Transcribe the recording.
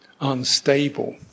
unstable